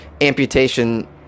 amputation